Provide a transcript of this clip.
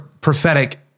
prophetic